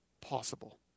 possible